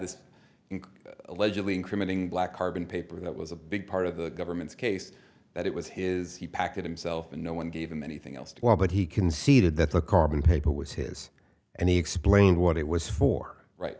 this allegedly incriminating black carbon paper that was a big part of the government's case that it was his he packed it himself and no one gave him anything else well but he conceded that the carbon paper was his and he explained what it was for right